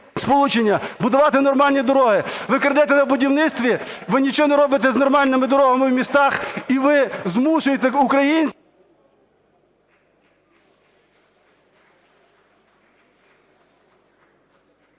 сполучення, будувати нормальні дороги. Ви крадете на будівництві, ви нічого не робите з нормальними дорогами в містах і ви змушуєте українців…